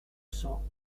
cents